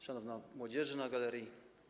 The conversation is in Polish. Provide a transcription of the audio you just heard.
Szanowna Młodzieży na galerii!